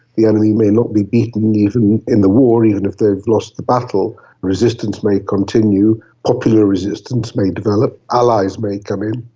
the enemy may not be beaten in the war, even if they've lost the battle, resistance may continue, popular resistance may develop, allies may come in.